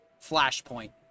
Flashpoint